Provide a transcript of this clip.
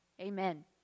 Amen